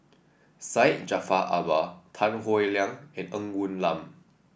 Syed Jaafar Albar Tan Howe Liang and Ng Woon Lam